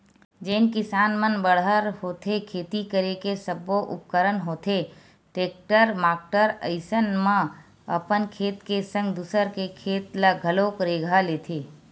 जेन किसान मन बड़हर होथे खेती करे के सब्बो उपकरन होथे टेक्टर माक्टर अइसन म अपन खेत के संग दूसर के खेत ल घलोक रेगहा लेथे